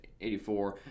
84